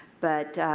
but